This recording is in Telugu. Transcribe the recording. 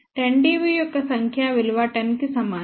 10 dB యొక్క సంఖ్యా విలువ 10 కి సమానం